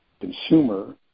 consumer